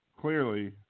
clearly